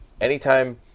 anytime